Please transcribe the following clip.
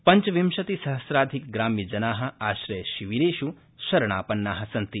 पञ्चविशति सहस्राधिकग्राम्यजना आश्रयशिविरेष् शरणापन्ना सन्ति